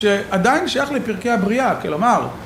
שעדיין שייך לפרקי הבריאה כלומר